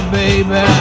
baby